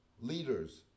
leaders